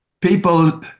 people